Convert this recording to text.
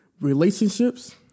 Relationships